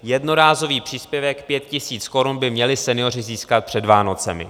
Jednorázový příspěvek pět tisíc korun by měli senioři získat před Vánocemi.